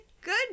good